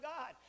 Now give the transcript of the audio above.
God